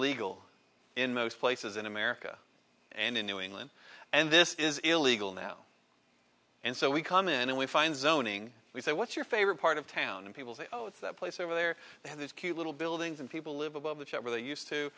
legal in most places in america and in new england and this is illegal now and so we come in and we find zoning we say what's your favorite part of town and people say oh it's that place over there they have these cute little buildings and people live above the shop where they used to